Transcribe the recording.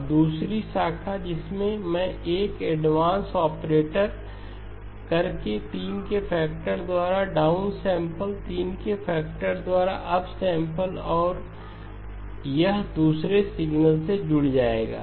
अब दूसरी शाखा जिसमें मैं एक एडवांस ऑपरेटर करके 3 के फैक्टर द्वारा डाउन सैंपल 3 के फैक्टर द्वारा अप सैंपल और यह दूसरे सिग्नल में जुड़ जाएगा